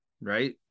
right